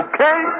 Okay